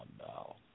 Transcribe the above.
no